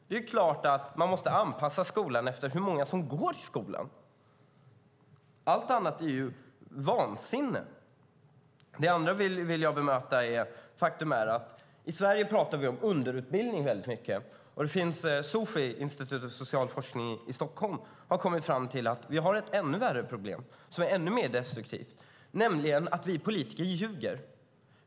Det är klart att man måste anpassa skolan till hur många som går där. Allt annat är vansinne. Det andra jag vill ta upp är att vi i Sverige ofta talar om underutbildning. Institutet för social forskning, Sofi, har kommit fram till att vi har ett ännu värre problem, ett som är ännu mer destruktivt, nämligen att vi politiker ljuger.